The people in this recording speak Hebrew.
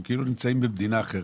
אנחנו כאילו נמצאים במדינה אחרת.